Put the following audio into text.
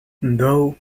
though